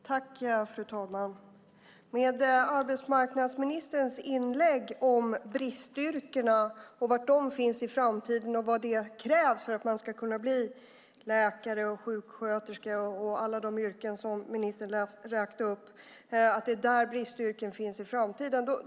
Fru talman! Arbetsmarknadsministern räknade i sitt inlägg upp bristyrkena, var de finns i framtiden och vad som krävs för att man ska kunna bli läkare, sjuksköterska - alla de yrken som ministern räknade upp. Det är där bristyrken finns i framtiden.